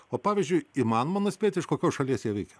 o pavyzdžiui įmanoma nuspėti iš kokios šalies jie veikia